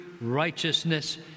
righteousness